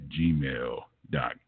gmail.com